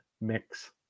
mix